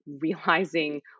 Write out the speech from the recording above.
realizing